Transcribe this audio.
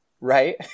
Right